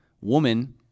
Woman